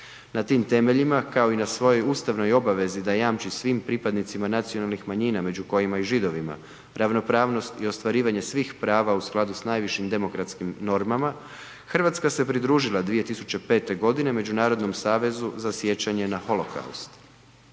Na tim temeljima kao i na svojoj ustavnoj obavezi da jamči svim pripadnicima nacionalnih manjina među kojima i Židovima ravnopravnost i ostvarivanje svih prava u skladu s najvišim demokratskim normama Hrvatska se pridružila 2005. godine Međunarodnom savezu za sjećanje na holokaust.